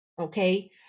Okay